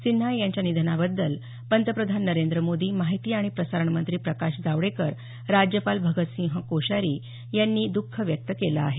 सिन्हा यांच्या निधनाबद्दल पंतप्रधान नरेंद्र मोदी माहिती आणि प्रसारण मंत्री प्रकाश जावडेकर राज्यपाल भगतसिंह कोश्यारी यांनी दख व्यक्त केल आहे